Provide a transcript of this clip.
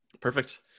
perfect